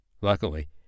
Luckily